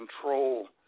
control